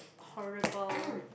horrible